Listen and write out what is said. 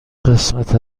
قسمت